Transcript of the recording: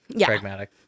pragmatic